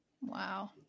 wow